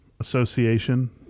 association